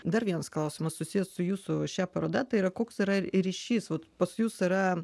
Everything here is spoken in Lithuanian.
dar vienas klausimas susijęs su jūsų šia paroda tai yra koks yra ryšys va pas jus yra